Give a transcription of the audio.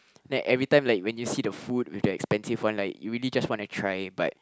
then every time like when you see the food with the expensive one like you really just want to try it but